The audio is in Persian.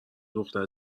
دختر